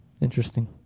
Interesting